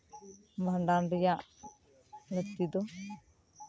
ᱵᱷᱟᱸᱰᱟᱱ ᱨᱮᱭᱟᱜ ᱞᱟᱹᱠᱛᱤ ᱫᱚ